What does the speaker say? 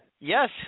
yes